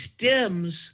stems